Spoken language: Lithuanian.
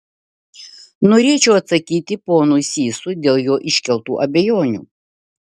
norėčiau atsakyti ponui sysui dėl jo iškeltų abejonių